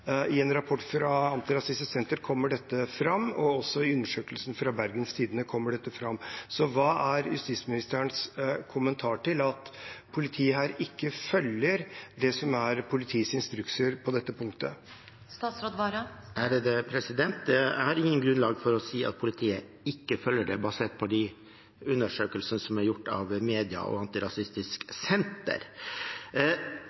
I en rapport fra Antirasistisk Senter kommer dette fram, og også i undersøkelsen fra Bergens Tidende kommer dette fram. Hva er justisministerens kommentar til at politiet ikke følger det som er politiets instrukser på dette punktet? Jeg har ikke grunnlag for å si at politiet ikke følger det, basert på de undersøkelsene som er gjort av media og Antirasistisk